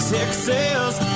Texas